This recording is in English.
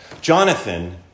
Jonathan